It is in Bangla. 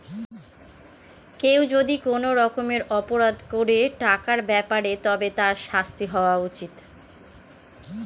কেউ যদি কোনো রকমের অপরাধ করে টাকার ব্যাপারে তবে তার শাস্তি হওয়া উচিত